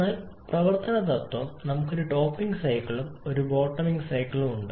എന്നാൽ പ്രവർത്തന തത്ത്വം നമുക്ക് ഒരു ടോപ്പിംഗ് സൈക്കിളും ഒരു ബോട്ടമിംഗ് സൈക്കിളും ഉണ്ട്